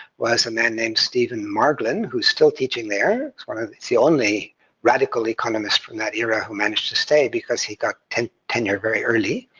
was a man named steven marlon, who's still teaching there sort of. he's the only radical economist from that era, who managed to stay because he got tenure tenure very early.